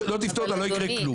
לא תפתור אותה לא יקרה כלום.